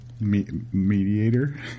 Mediator